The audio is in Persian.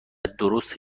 درست